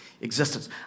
existence